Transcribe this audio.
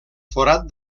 forat